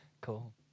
Cool